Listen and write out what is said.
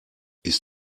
ist